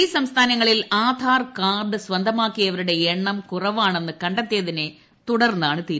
ഈ സംസ്ഥാനങ്ങളിൽ ആധാർ കാർഡ് സ്വന്തമാക്കിയവരുടെ എണ്ണം കുറവാണെന്നു കണ്ടെത്തിയതിനെ തുടർന്നാണ് തീരുമാനം